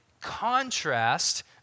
contrast